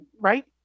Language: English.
right